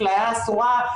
אפליה אסורה.